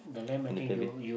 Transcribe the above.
and the baby